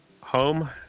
home